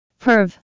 Perv